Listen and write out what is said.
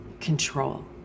control